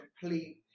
complete